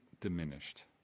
diminished